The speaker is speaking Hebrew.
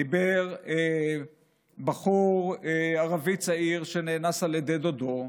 דיבר בחור ערבי צעיר שנאנס על ידי דודו,